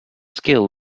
skill